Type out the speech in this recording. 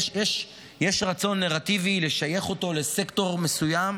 יש רצון נרטיבי לשייך אותו לסקטור מסוים,